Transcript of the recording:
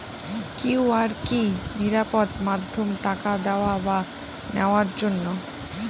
QR কি নিরাপদ মাধ্যম টাকা দেওয়া বা নেওয়ার জন্য?